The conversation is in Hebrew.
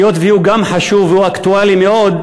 היות שהוא גם חשוב והוא אקטואלי מאוד,